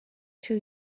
two